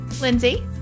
Lindsay